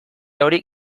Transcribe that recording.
hori